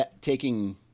taking